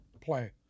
play